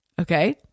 Okay